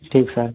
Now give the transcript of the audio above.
ठीक सर